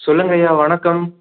சொல்லுங்கள் ஐயா வணக்கம்